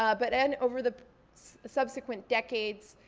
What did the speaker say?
ah but then over the subsequent decades,